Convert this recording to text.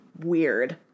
weird